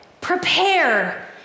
prepare